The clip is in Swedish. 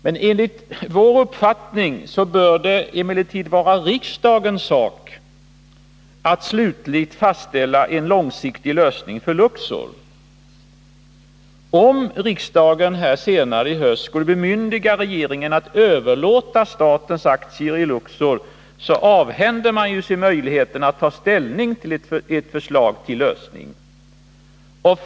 Men enligt vår uppfattning bör det vara riksdagens sak att slutligt fastställa en långsiktig lösning för Luxor. Om riksdagen senare i höst skulle bemyndiga regeringen att överlåta statens aktier i Luxor, avhänder man sig möjligheterna att ta ställning till ett förslag till lösning.